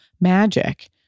magic